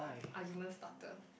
argument starter